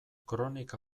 kronika